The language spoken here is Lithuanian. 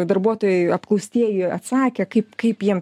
darbuotojai apklaustieji atsakė kaip kaip jiem